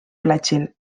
platsil